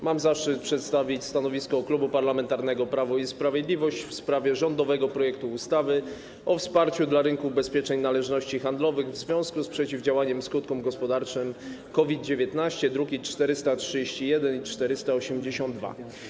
Mam zaszczyt przedstawić stanowisko Klubu Parlamentarnego Prawo i Sprawiedliwość w sprawie rządowego projektu ustawy o wsparciu dla rynku ubezpieczeń należności handlowych w związku z przeciwdziałaniem skutkom gospodarczym COVID-19, druki nr 431 i 482.